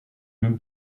même